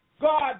God